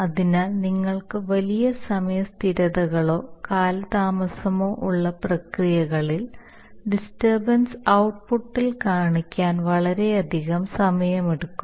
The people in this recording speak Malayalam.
അതിനാൽ നിങ്ങൾക്ക് വലിയ സമയ സ്ഥിരതകളോ കാലതാമസമോ ഉള്ള പ്രക്രിയകളിൽ ഡിസ്റ്റർബൻസ് ഔട്ട്പുട്ടിൽ കാണിക്കാൻ വളരെയധികം സമയമെടുക്കും